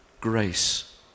grace